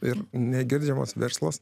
ir negirdimas verslas